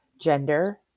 Gender